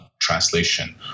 translation